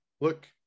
look